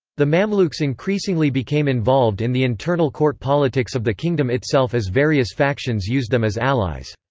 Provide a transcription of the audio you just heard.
the mamluks increasingly became involved in the internal court politics of the kingdom itself as various factions used them as allies.